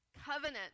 Covenant